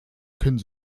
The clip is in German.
können